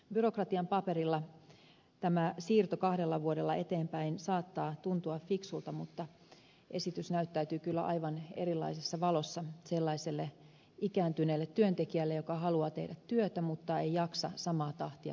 byrokratian paperilla tämä siirto kahdella vuodella eteenpäin saattaa tuntua fiksulta mutta esitys näyttäytyy kyllä aivan erilaisessa valossa sellaiselle ikääntyneelle työntekijälle joka haluaa tehdä työtä mutta ei jaksa samaa tahtia kuin nuoremmat